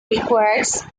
requires